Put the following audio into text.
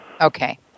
Okay